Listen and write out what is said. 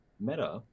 Meta